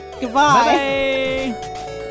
goodbye